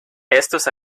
estos